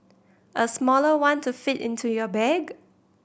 a smaller one to fit into your bag